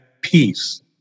peace